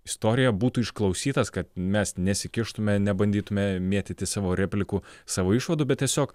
istorija būtų išklausytas kad mes nesikištume nebandytume mėtyti savo replikų savo išvadų bet tiesiog